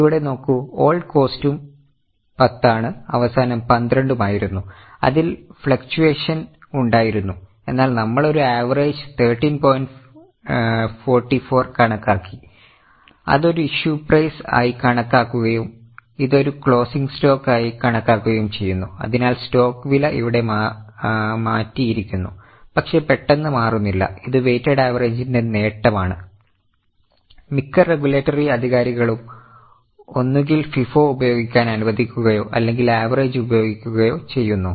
ഇവിടെ നോക്കൂ ഓൾഡ് കോസ്റ്റും 10 ആണ് അവസാനം 12 ഉം ആയിരുന്നു അതിൽ ഫ്ളക്റ്റ്യുവേഷൻഅധികാരികളും ഒന്നുകിൽ FIFO ഉപയോഗിക്കാൻ അനുവദിക്കുകയോ അല്ലെങ്കിൽ ആവറേജ് ഉപയോഗിക്കുകയോ ചെയ്യുന്നു